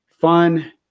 fun